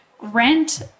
rent